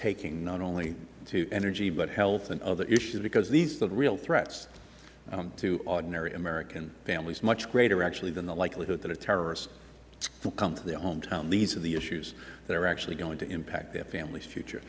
taking not only to energy but health and other issues because these are the real threats to ordinary american families much greater actually than the likelihood that a terrorist will come to their hometown these are the issues that are actually going to impact their families future